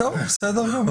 בסדר גמור.